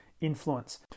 influence